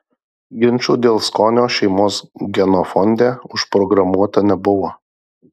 ginčų dėl skonio šeimos genofonde užprogramuota nebuvo